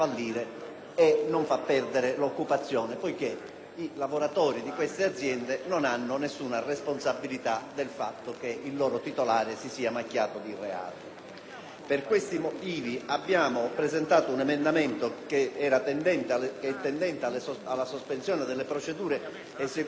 i lavoratori di tali aziende non hanno nessuna responsabilità del fatto che il loro titolare si sia macchiato di reati. Per questi motivi abbiamo presentato l'emendamento, che prevede la sospensione delle procedure esecutive degli atti di pignoramento e i provvedimenti cautelari in